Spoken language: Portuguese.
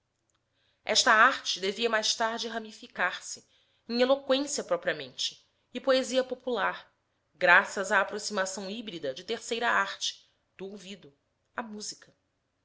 esta arte devia mais tarde ramificar se em eloqüência propriamente e poesia popular graças à aproximação híbrida de terceira arte do ouvido a música